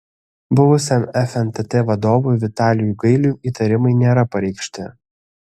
buvusiam fntt vadovui vitalijui gailiui įtarimai nėra pareikšti